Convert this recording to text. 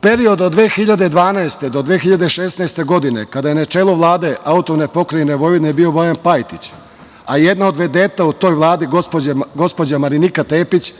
periodu od 2012. godine do 2016. godine kada je na čelo Vlade AP Vojvodine bio Bojan Pajtić, a jedna od vedeta u toj Vladi gospođa Marinika Tepić,